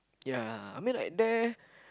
ya I mean like there